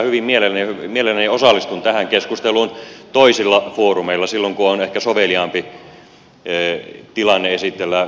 hyvin mielelläni kyllä osallistun tähän keskusteluun toisilla foorumeilla silloin kun on ehkä soveliaampi tilanne esitellä kokoomuslaisia mielipiteitä ja näkökantoja